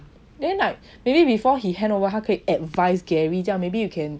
then like maybe before he hand over 他可以 advice gary 这样 maybe you can